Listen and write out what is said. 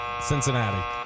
Cincinnati